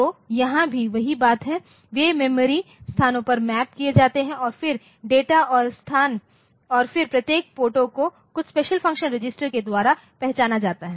तो यहाँ भी वही बात है वे मेमोरी स्थानों पर मैप किए जाते हैं और फिर डेटा और स्थान और फिर प्रत्येक पोर्ट को कुछ स्पेशल फंक्शन रजिस्टर द्वारा पहचाना जाता है